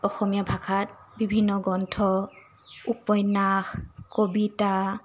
অসমীয়া ভাষাত বিভিন্ন গ্ৰন্থ উপন্যাস কবিতা